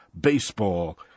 baseball